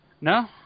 No